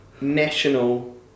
national